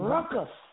Ruckus